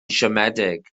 siomedig